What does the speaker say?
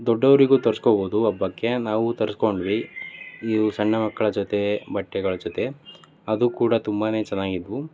ದೊಡ್ಡವರಿಗೂ ತರಿಸ್ಕೋಬೋದು ಹಬ್ಬಕ್ಕೆ ನಾವು ತರಿಸ್ಕೊಂಡ್ವಿ ಇವು ಸಣ್ಣ ಮಕ್ಕಳ ಜೊತೆ ಬಟ್ಟೆಗಳ ಜೊತೆ ಅದು ಕೂಡ ತುಂಬಾ ಚೆನ್ನಾಗಿದ್ದವು